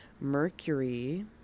mercury